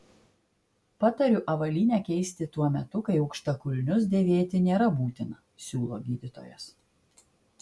patariu avalynę keisti tuo metu kai aukštakulnius dėvėti nėra būtina siūlo gydytojas